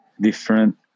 different